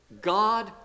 God